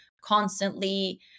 constantly